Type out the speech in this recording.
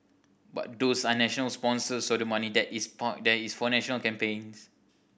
but those are national sponsors so the money that is parked there is for national campaigns